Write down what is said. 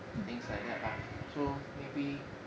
things like that lah so maybe